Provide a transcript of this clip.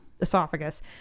esophagus